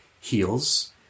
heals